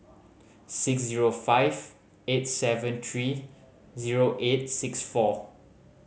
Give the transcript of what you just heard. six zero five eight seven three zero eight six four